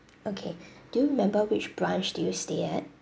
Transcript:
okay do you remember which branch did you stay at